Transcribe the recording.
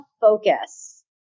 focus